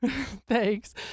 Thanks